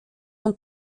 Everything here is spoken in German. und